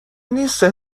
نیست